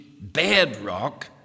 bedrock